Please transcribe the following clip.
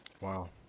Wow